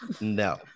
No